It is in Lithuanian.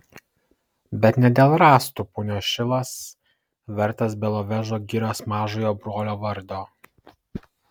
bet ne dėl rąstų punios šilas vertas belovežo girios mažojo brolio vardo